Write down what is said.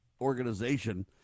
organization